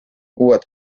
uued